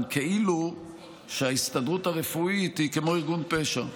כאילו שההסתדרות הרפואית היא כמו ארגון פשע?